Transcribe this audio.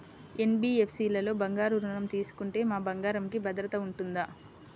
NBFC లలో బంగారు ఋణం తీసుకుంటే మా బంగారంకి భద్రత ఉంటుందా?